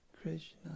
Krishna